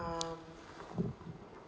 um